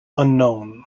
unknown